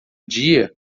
dia